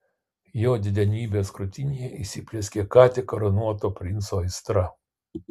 jo didenybės krūtinėje įsiplieskė ką tik karūnuoto princo aistra